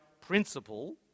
principle